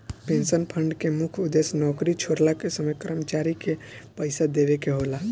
pension fund के मुख्य उद्देश्य नौकरी छोड़ला के समय कर्मचारी के पइसा देवेके होला